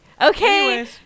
Okay